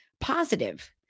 positive